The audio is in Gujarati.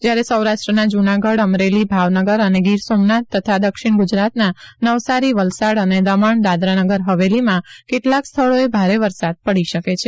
જ્યારે સૌરાષ્ટ્રના જૂનાગઢ અમરેલી ભાવનગર અને ગીર સોમનાથ તથા દક્ષિણ ગુજરાતના નવસારી વલસાડ અને દમણ દાદરાનગર હવેલીમાં કેટલાક સ્થળોએ ભારે વરસાદ પડી શકે છે